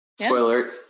spoiler